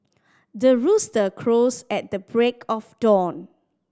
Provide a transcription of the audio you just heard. the rooster crows at the break of dawn